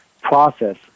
process